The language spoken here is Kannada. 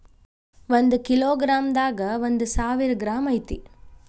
ಒಂದ ಕಿಲೋ ಗ್ರಾಂ ದಾಗ ಒಂದ ಸಾವಿರ ಗ್ರಾಂ ಐತಿ